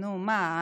עזוב, נו, מה?